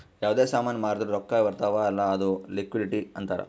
ಯಾವ್ದೇ ಸಾಮಾನ್ ಮಾರ್ದುರ್ ರೊಕ್ಕಾ ಬರ್ತಾವ್ ಅಲ್ಲ ಅದು ಲಿಕ್ವಿಡಿಟಿ ಅಂತಾರ್